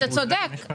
אתה צודק.